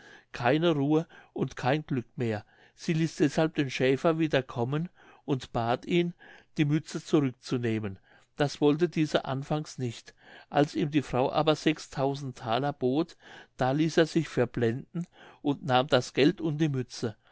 keine ruhe und kein glück mehr sie ließ deshalb den schäfer wieder kommen und bat ihn die mütze zurückzunehmen das wollte dieser anfangs nicht als ihm die frau aber thaler bot da ließ er sich verblenden und nahm das geld und die mütze